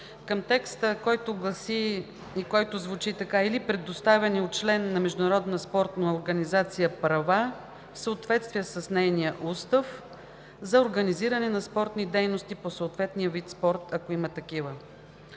комисия, който гласи и звучи така: „или предоставяне от член на международна спортна организация права в съответствие с нейния устав за организиране на спортни дейности по съответния вид спорт, ако има такива“.